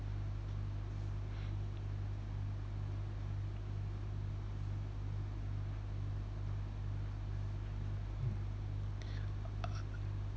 mm